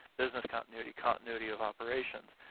business continuity, continuity of operations,